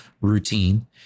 routine